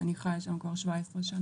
אני חיה שם כבר 17 שנה,